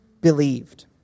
believed